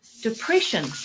depression